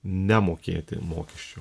nemokėti mokesčio